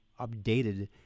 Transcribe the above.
updated